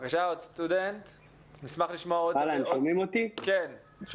סטודנט נוסף, מלקמו?